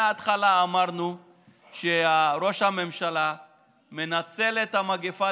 מההתחלה אמרנו שראש הממשלה מנצל את המגפה,